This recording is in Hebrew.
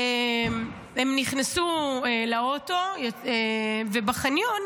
הם נכנסו לאוטו, ובחניון